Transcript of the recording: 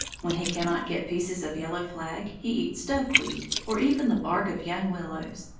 when he cannot get pieces of yellow flag he eats duckweed, or even the bark of young willows.